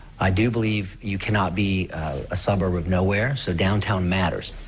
i do believe you cannot be a suburb of nowhere, so downtown matters,